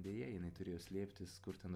deja jinai turėjo slėptis kur ten